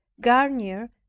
Garnier